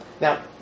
Now